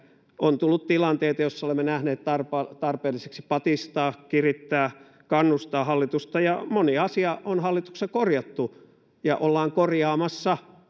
on tullut tilanteita joissa olemme nähneet tarpeelliseksi patistaa kirittää kannustaa hallitusta ja moni asia on hallituksessa korjattu ja ollaan korjaamassa